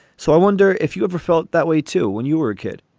so i wonder if you ever felt that way, too, when you were a kid?